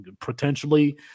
potentially